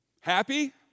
Happy